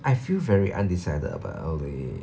I feel very undecided about L_A